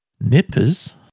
Nippers